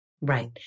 Right